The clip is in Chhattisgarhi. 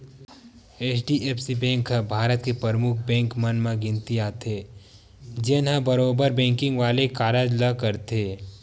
एच.डी.एफ.सी बेंक ह भारत के परमुख बेंक मन म गिनती आथे, जेनहा बरोबर बेंकिग वाले कारज ल करथे